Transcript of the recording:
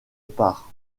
épars